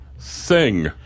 sing